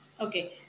okay